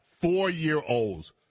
four-year-olds